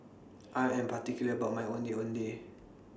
I Am particular about My Ondeh Ondeh